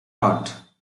taught